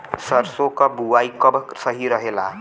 सरसों क बुवाई कब सही रहेला?